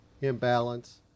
imbalance